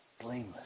blameless